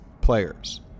players